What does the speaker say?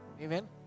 amen